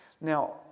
Now